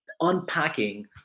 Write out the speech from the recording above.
unpacking